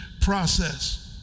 process